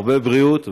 הרבה בריאות והצלחה.